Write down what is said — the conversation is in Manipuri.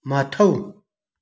ꯃꯊꯧ